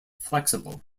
flexible